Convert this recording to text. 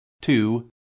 Two